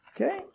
okay